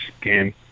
game